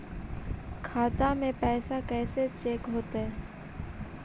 खाता में पैसा कैसे चेक हो तै?